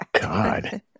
God